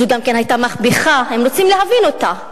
זו גם כן היתה מהפכה אם רוצים להבין אותה,